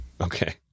Okay